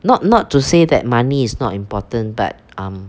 not not to say that money is not important but um